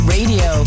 Radio